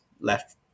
left